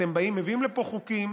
אתם מביאים לפה חוקים